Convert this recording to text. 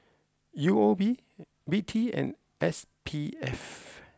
U O B V T and S P F